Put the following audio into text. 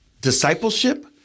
discipleship